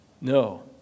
No